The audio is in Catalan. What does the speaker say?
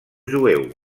jueu